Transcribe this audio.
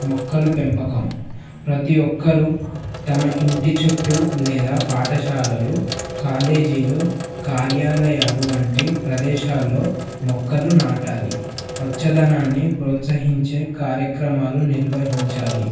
మొక్కలు పెంపకం ప్రతీ ఒక్కరూ తమ ఇంటి చుట్టూ లేదా పాఠశాలలు కాలేజీలు కార్యాలయాలు వంటి ప్రదేశాల్లో మొక్కలు నాటాలి పచ్చదనాన్ని ప్రోత్సహించే కార్యక్రమాలు నిర్వహించాలి